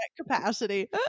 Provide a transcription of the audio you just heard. capacity